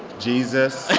jesus ok